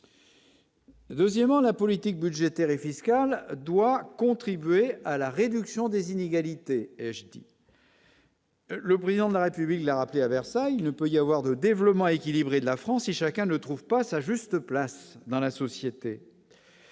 Deuxièmement, la politique budgétaire et fiscale doit contribuer à la réduction des inégalités, jeudi. Le président de la République l'a rappelé à Versailles ne peut y avoir de développement équilibré de la France et chacun ne trouve pas sa juste place dans la société.